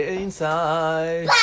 inside